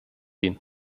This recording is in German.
ihn